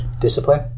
discipline